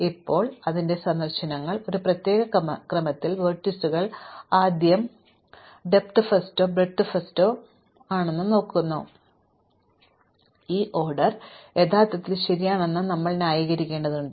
ഇപ്പോൾ അതിന്റെ സന്ദർശനങ്ങൾ ഒരു പ്രത്യേക ക്രമത്തിൽ വെർട്ടീസുകൾ ആദ്യം വീതിയിൽ നിന്നോ ആദ്യം ആഴത്തിൽ നിന്നോ വ്യത്യസ്തമാണ് ഈ ഓർഡർ യഥാർത്ഥത്തിൽ ശരിയാണെന്ന് ഞങ്ങൾ ന്യായീകരിക്കേണ്ടതുണ്ട്